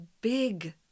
big